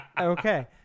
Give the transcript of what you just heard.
Okay